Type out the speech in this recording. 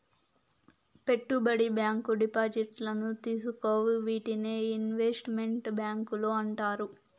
పెట్టుబడి బ్యాంకు డిపాజిట్లను తీసుకోవు వీటినే ఇన్వెస్ట్ మెంట్ బ్యాంకులు అంటారు